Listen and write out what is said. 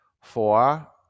Four